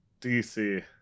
DC